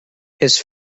his